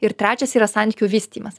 ir trečias yra santykių vystymas